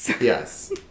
yes